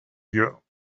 you